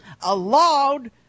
allowed